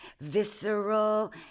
visceral